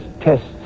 tests